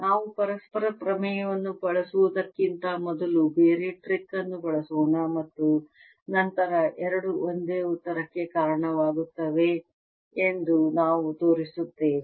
ನಾವು ಪರಸ್ಪರ ಪ್ರಮೇಯವನ್ನು ಬಳಸುವುದಕ್ಕಿಂತ ಮೊದಲು ಬೇರೆ ಟ್ರಿಕ್ ಅನ್ನು ಬಳಸೋಣ ಮತ್ತು ನಂತರ ಎರಡು ಒಂದೇ ಉತ್ತರಕ್ಕೆ ಕಾರಣವಾಗುತ್ತೇವೆ ಎಂದು ನಾವು ತೋರಿಸುತ್ತೇವೆ